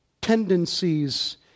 tendencies